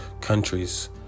countries